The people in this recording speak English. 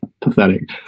pathetic